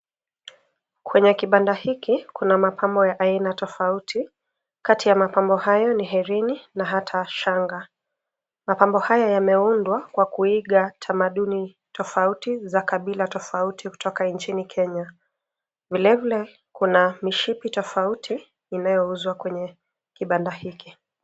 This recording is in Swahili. Kwenye kibanda hiki kuna mapambo ya aina tofauti, kati ya mapambo hayo ni herini na hata shanga. Mapambo haya yameundwa kwa kuiga tamaduni tofauti za kabila tofauti kutoka nchini Kenya. Vile vile kuna mishipi tofauti inayouzwa kwenye kibanda hiki.